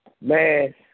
Man